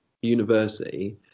university